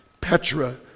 Petra